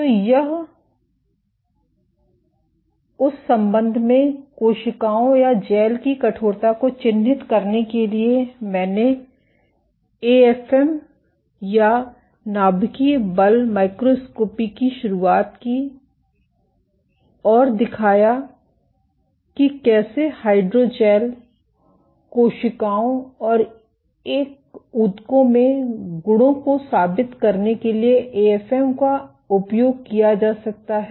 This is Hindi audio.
तो उस संबंध में कोशिकाओं या जैल की कठोरता को चिह्नित करने के लिए मैंने एएफएम या नाभिकीय बल माइक्रोस्कोपी की शुरुआत की और दिखाया कि कैसे हाइड्रोजेल कोशिकाओं और एक ऊतकों में गुणों को साबित करने के लिए एएफएम का उपयोग किया जा सकता है